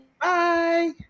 Bye